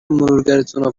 مرورگراتونو